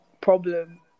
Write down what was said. problem